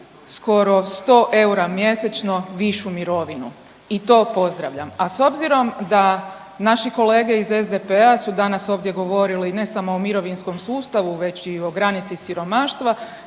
skoro 100 eura mjesečno višu mirovinu. I to pozdravljam. A s obzirom da naši kolege iz SDP-a su danas ovdje govorili ne samo o mirovinskom sustavu već i o granici siromaštva